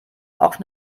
auch